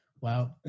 wow